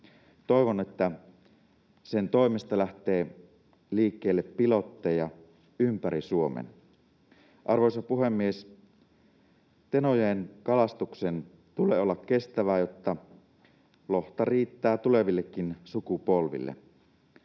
Toivon, että sen toimesta lähtee liikkeelle pilotteja ympäri Suomen. Arvoisa puhemies! Tenojoen kalastuksen tulee olla kestävää, jotta lohta riittää tulevillekin sukupolville.